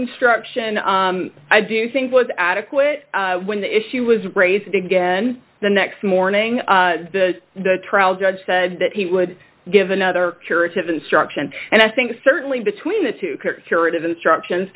instruction i do think was adequate when the issue was raised again the next morning the trial judge said that he would give another curative instruction and i think certainly between the two curative instructions